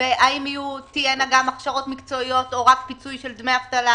והאם תהיינה גם הכשרות מקצועיות או רק פיצוי של דמי אבטלה,